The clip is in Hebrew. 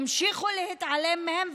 ימשיכו להתעלם מהן,